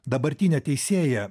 dabartinė teisėja